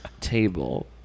table